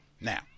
now